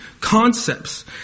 concepts